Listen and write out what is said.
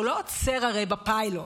הוא לא עוצר הרי בפיילוט,